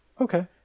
Okay